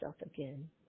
again